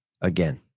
again